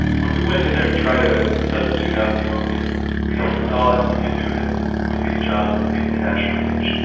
when we went in there to try to substitute out the opium, we thought we could do it with these jobs that paid a cash wage,